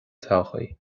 todhchaí